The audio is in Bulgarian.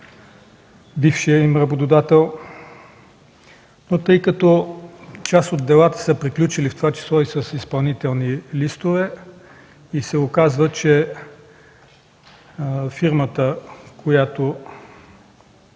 бившия им работодател. Тъй като част от делата са приключили, в това число и с изпълнителни листове, се оказва, че фирмата, чрез